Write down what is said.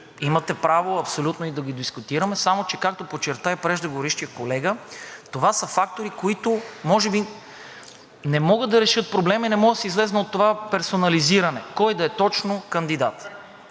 имате право абсолютно и да го дискутираме, само че както подчерта и преждеговорившият колега, това са фактори, които може би не могат да решат проблема и не може да се излезе от това персонализиране – кой да е точно кандидатът.